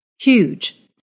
Huge